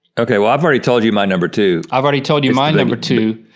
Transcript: okay, well i've already told you my number two. i've already told you my number two.